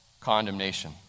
condemnation